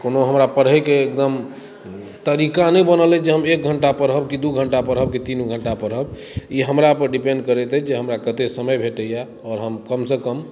कोनो हमरा पढ़ै के एकदम तरीका नहि बनल अछि जे हम एक घण्टा पढ़ब कि दू घण्टा पढ़ब कि तीन घण्टा पढ़ब ई हमरा पर डिपेन्ड करैत अछि जे हमरा कते समय भेटैया आओर हम कम सँ कम